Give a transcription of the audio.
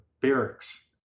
barracks